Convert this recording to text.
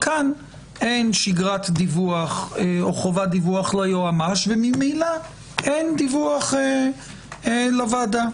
כאן אין שגרת דיווח או חובת דיווח ליועמ"ש וממילא אין דיווח לוועדה.